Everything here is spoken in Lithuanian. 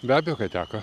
be abejo kad teko